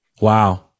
Wow